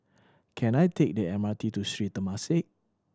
can I take the M R T to Sri Temasek